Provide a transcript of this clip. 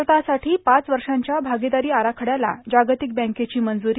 भारतासाठी पाच वर्षांच्या भागिदारी आराखड्याला जागतिक बँकेची मंजूरी